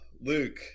Luke